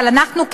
אבל אנחנו,